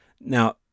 Now